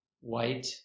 white